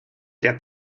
der